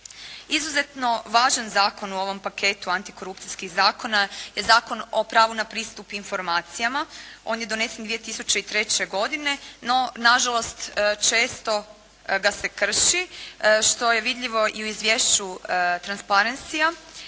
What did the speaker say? Izuzetno važan zakon u ovom paketu o antikorupcijskih zakona je Zakon o pravu na pristup na informacijama, on je donesen 2003. godine, no nažalost često ga se krši, što je vidljivo i u izvješću Transpencyja,